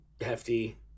hefty